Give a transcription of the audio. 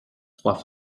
trois